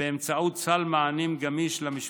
באמצעות סל מענים גמיש למשפחה.